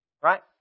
right